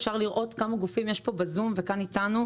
אפשר לראות כמה גופים יש פה בזום וכאן איתנו,